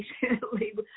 patiently